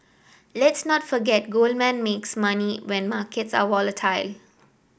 let's not forget Goldman makes money when markets are volatile